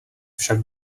však